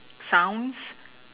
sounds